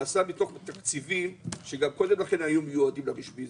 נעשה מתוך התקציבים שגם קודם לכן היו מיועדים לרשמי.